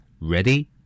Ready